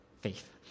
faith